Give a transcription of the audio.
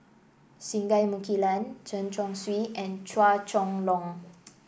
Singai Mukilan Chen Chong Swee and Chua Chong Long